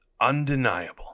undeniable